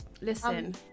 listen